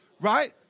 right